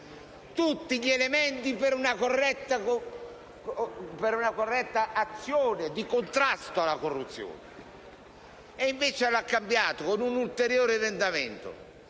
tutti gli elementi per una corretta azione di contrasto alla corruzione. Ed invece l'ha cambiato, con un ulteriore emendamento.